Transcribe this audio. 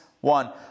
one